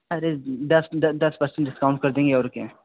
अरे दस दस पर्सेन्ट डिस्काउंट कर देंगें और क्या है